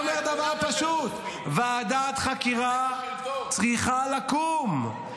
אני אומר דבר פשוט: ועדת חקירה צריכה לקום,